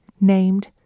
named